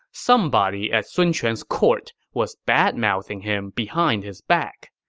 somebody at sun quan's court was badmouthing him behind his back.